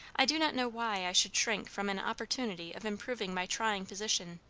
i do not know why i should shrink from an opportunity of improving my trying position.